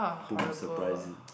boom surprise it